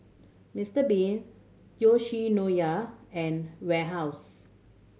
Mister Bean Yoshinoya and Warehouse